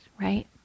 right